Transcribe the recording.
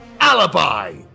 Alibi